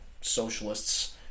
socialists